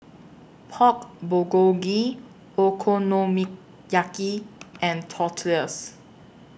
Pork Bulgogi Okonomiyaki and Tortillas